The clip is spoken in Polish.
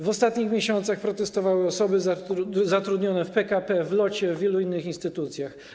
W ostatnich miesiącach protestowały osoby zatrudnione w PKP, LOT i w wielu innych instytucjach.